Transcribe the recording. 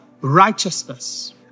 righteousness